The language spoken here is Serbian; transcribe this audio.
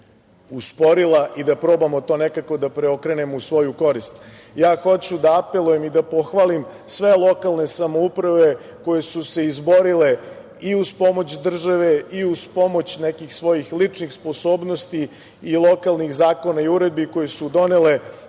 usporila i da probamo to nekako da preokrenemo u svoju korist. Hoću da apelujem i da pohvalim sve lokalne samouprave koje su se izborile i uz pomoć države i uz pomoć nekih svojih ličnih sposobnosti i lokalnih zakona i uredbi koje su donele